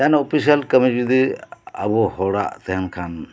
ᱡᱟᱦᱟᱱᱟᱜ ᱳᱯᱷᱤᱥᱤᱭᱟᱱ ᱠᱟᱹᱢᱤ ᱡᱩᱫᱤ ᱟᱵᱚ ᱦᱚᱲᱟᱜ ᱛᱟᱦᱮᱱ ᱠᱷᱟᱱ